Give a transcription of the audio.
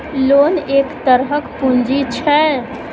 loan एक तरहक पुंजी छै